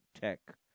tech